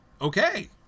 Okay